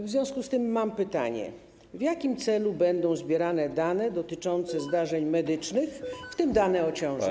W związku z tym mam pytanie: W jakim celu będą zbierane dane dotyczące zdarzeń medycznych, w tym dane o ciąży?